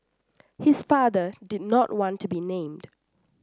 his father did not want to be named